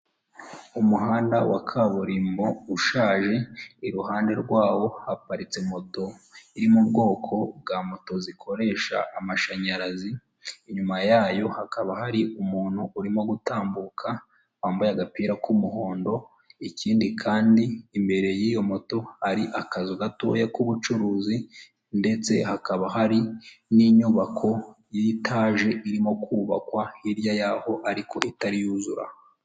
Abantu batandukanye barimo abagore n'abagabo bari mu cyumba cyabugenewe gukorerwamo inama kirimo ameza yabugenewe ndetse n'intebe z'umukara zicayemo abo bantu bafite n'ama mashini bari kwiga ku kibazo runaka cyabahurije aho hantu.